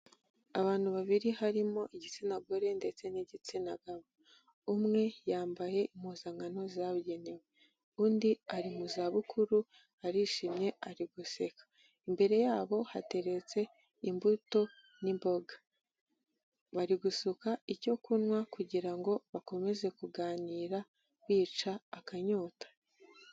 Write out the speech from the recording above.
Abantu babiri harimo igitsina gore ndetse n'igitsina gabo, umwe yambaye impuzankano zabugenewe, undi ari mu zabukuru arishimye ari guseka, imbere yabo hateretse imbuto n'imboga, bari gusuka icyo kunywa kugira ngo bakomeze kuganira bica akanyota.